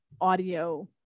audio